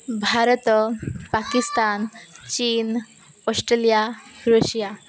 ଭାରତ ପାକିସ୍ତାନ ଚୀନ Australia Russia